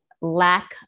lack